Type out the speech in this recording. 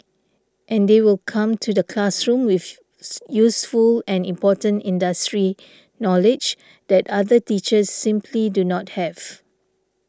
and they will come to the classroom with useful and important industry knowledge that other teachers simply do not have